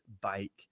bike